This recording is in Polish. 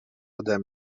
ode